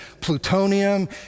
plutonium